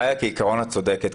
איה, כעיקרון את צודקת.